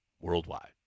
worldwide